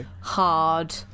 hard